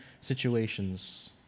situations